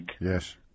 Yes